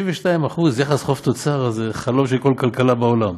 62% יחס חוב תוצר זה חלום של כל כלכלה בעולם.